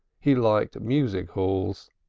he liked music-halls.